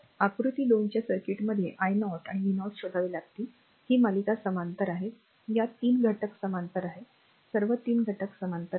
आकृती 2 च्या सर्किटमध्ये i 0 आणि v0 शोधावे लागतील ही मालिका समांतर आहेत या 3 घटक समांतर आहेत सर्व 3 घटक समांतर आहेत